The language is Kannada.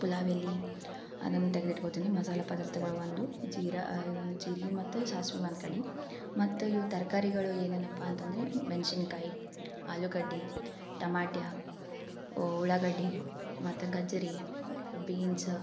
ಪಲಾವ್ ಎಲೆ ಅದನ್ನು ತೆಗ್ದಿಟ್ಕೋತಿನಿ ಮಸಾಲ ಪದಾರ್ಥಗಳು ಒಂದು ಜೀರಾ ಜೀರಿಗೆ ಮತ್ತು ಸಾಸಿವೆ ಒಂದ್ಕಡೆ ಮತ್ತು ಇವು ತರಕಾರಿಗಳು ಏನೇನಪ್ಪಾ ಅಂತಂದ್ರೆ ಮೆಣಸಿನ್ಕಾಯಿ ಅಲೂಗಡ್ಡೆ ಟಮಾಟ್ಯ ಉಳ್ಳಾಗಡ್ಡೆ ಮತ್ತು ಗೆಜ್ಜರಿ ಬೀನ್ಸ್